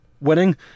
Winning